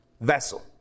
vessel